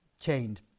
chained